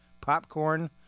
popcorn